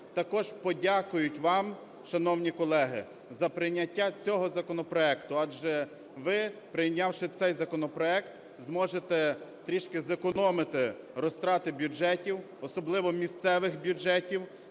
також подякують вам, шановні колеги, за прийняття цього законопроекту, адже ви, прийнявши цей законопроект, зможете трішки зекономити розтрати бюджетів, особливо місцевих бюджетів,